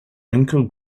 uncle